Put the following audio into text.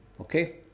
Okay